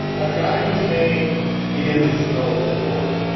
a guy whose name is oh, good lord.